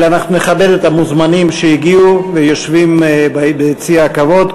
אנחנו נכבד את המוזמנים שהגיעו ויושבים ביציע הכבוד,